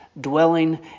dwelling